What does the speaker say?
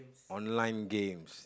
online games